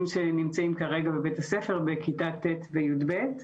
שנמצאים כרגע בבית הספר בכיתות ט' ויב'.